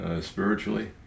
spiritually